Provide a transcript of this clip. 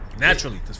Naturally